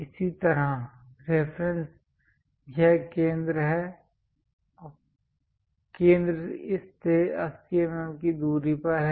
इसी तरह रेफरेंस यह केंद्र है केंद्र इस से 80 mm की दूरी पर है